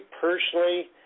personally